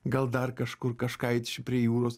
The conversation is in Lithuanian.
gal dar kažkur kažką eit čia prie jūros